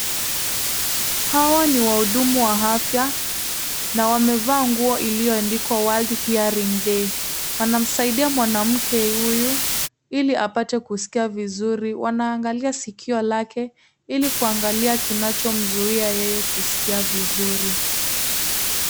Hawa ni wahudumu wa afya na wamevaa nguo iliyoandikwa WORLD HEARING DAY . Wanamsaidia mwanamke huyu ili apae kuskia vizuri. Wanaangalia sikio lake ilikuangalia kinchomzuia yeye kuskia vizuri.